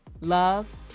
love